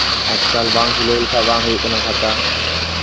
ᱟᱡ ᱠᱟᱞ ᱵᱟᱝ ᱠᱷᱩᱞᱟᱹᱣ ᱞᱮᱠᱷᱟᱡ ᱵᱟᱝ ᱦᱩᱭᱩᱜ ᱠᱟᱱᱟ ᱠᱟᱛᱷᱟ